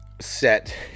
set